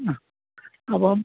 ആ അപ്പോൾ